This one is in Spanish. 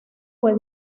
fue